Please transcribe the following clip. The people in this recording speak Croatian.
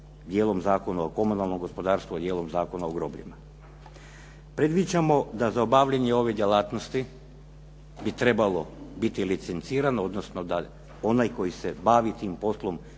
dijelom Zakona o komunalnom gospodarstvu, a dijelom Zakona o grobljima. Predviđamo da za obavljanje ove djelatnosti bi trebalo biti licencirano, odnosno da onaj koji se bavi tim poslom